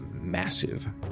massive